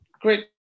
great